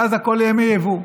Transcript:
ואז הכול יהיה מיבוא.